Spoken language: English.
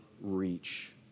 reach